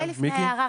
ההערה,